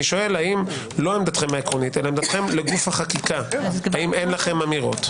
האם עמדתכם לגוף החקיקה - אין לכם אמירות?